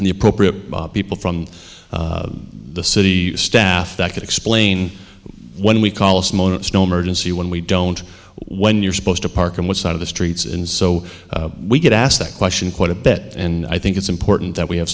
and the appropriate people from the city staff that could explain when we call a snow emergency when we don't when you're supposed to park on one side of the streets and so we get asked that question quite a bit and i think it's important that we have